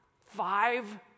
five